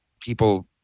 people